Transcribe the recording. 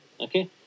okay